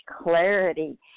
clarity